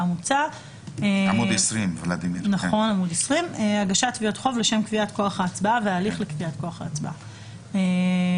עמוד 20. במסמך ההכנה חסרה הכותרת של תקנה 14. סליחה.